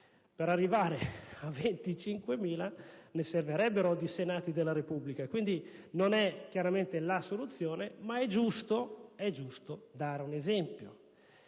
per arrivare a 25.000 ne servirebbero di Senati della Repubblica! Quindi, non è questa, chiaramente, la soluzione, ma è giusto dare un esempio.